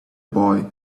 boy